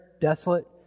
desolate